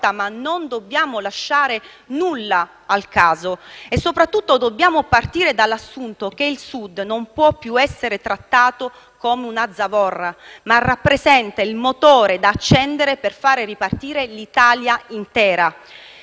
ma non dobbiamo lasciare nulla al caso e soprattutto dobbiamo partire dall'assunto per cui il Sud non può più essere trattato come una zavorra, ma rappresenta il motore da accendere per far ripartire l'Italia intera.